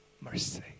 mercy